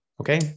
Okay